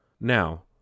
Now